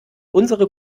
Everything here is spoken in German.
unsere